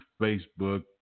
Facebook